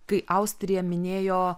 kai austrija minėjo